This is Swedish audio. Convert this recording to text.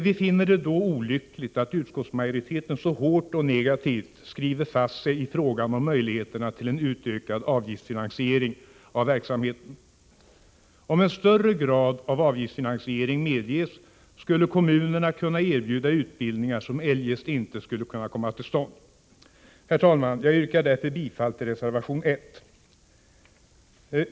Vi finner det olyckligt att utskottsmajoriteten så hårt och negativt skrivit fast sig i fråga om möjligheterna till en utökad avgiftsfinansiering av verksamheten. Om en större grad av avgiftsfinansiering medges skulle kommunerna kunna erbjuda utbildning som eljest inte skulle kunna komma till stånd. Herr talman! Jag yrkar därför bifall till reservation 1.